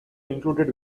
included